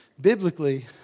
biblically